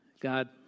God